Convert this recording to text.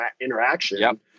interaction